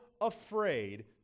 afraid